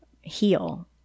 heal